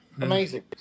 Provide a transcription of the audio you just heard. amazing